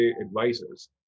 advisors